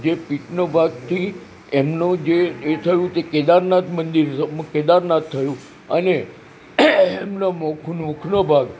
જે પીઠનો ભાગથી એમનો જે એ થયું તે કેદારનાથ મંદિર છે કેદારનાથ થયું અને એમનો મુખ મુખનો ભાગ